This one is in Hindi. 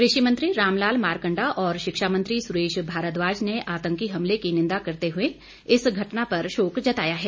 कृषि मंत्री रामलाल मारकंडा और शिक्षा मंत्री सुरेश भारद्वाज ने आतंकी हमले की निंदा करते हुए इस घटना पर शोक जताया है